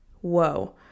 Whoa